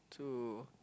so